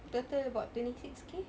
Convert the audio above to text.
total about twenty six K